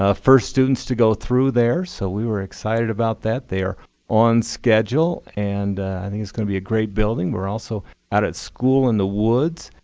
ah first students to go through there, so we were excited about that. they are on schedule, and i think it's going to be a great building. we're also out at school in the woods.